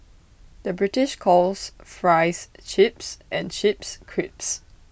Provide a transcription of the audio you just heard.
the British calls Fries Chips and Chips Crisps